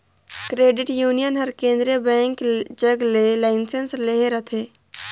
credit union हर केंद्रीय bank जग ले लाइसेंस लेहे रहथे